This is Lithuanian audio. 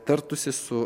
tartųsi su